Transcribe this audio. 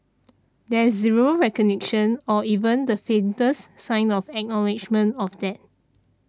there's zero recognition or even the faintest sign of acknowledgement of that